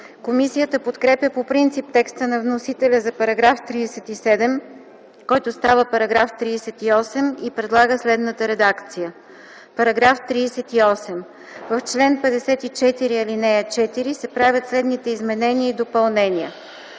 Комисията подкрепя по принцип текста на вносителя за § 37, който става § 38 и предлага следната редакция: „§ 38. В чл. 54, ал. 4 се правят следните изменения и допълнения: